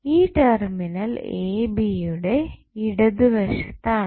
ഇത് terminal A ബിയുടെ ഇടതുവശത്താണ്